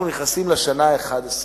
אנחנו נכנסים לשנה ה-11.